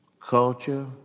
culture